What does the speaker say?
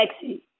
Sexy